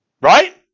Right